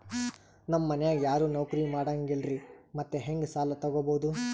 ನಮ್ ಮನ್ಯಾಗ ಯಾರೂ ನೌಕ್ರಿ ಮಾಡಂಗಿಲ್ಲ್ರಿ ಮತ್ತೆಹೆಂಗ ಸಾಲಾ ತೊಗೊಬೌದು?